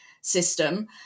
system